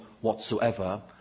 whatsoever